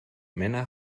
männer